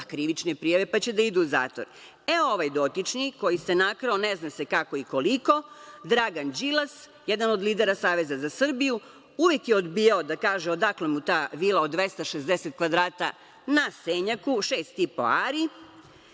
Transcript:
krivične prijave pa će da idu u zatvor. Ovaj dotični, koji se nakrao ne zna se kako i koliko, Dragan Đilas, jedan od lidera Saveza za Srbiju, uvek je odbijao da kaže odakle mu ta vila od 260 kvadrata na Senjaku, 6,5 ari,